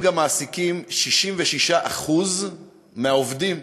הם גם מעסיקים 66% מהעובדים